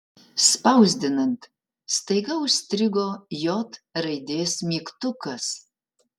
spausdinant staiga užstrigo j raidės mygtukas